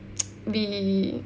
we